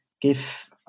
give